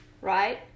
right